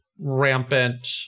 rampant